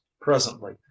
presently